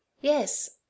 Yes